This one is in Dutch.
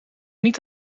niet